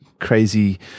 crazy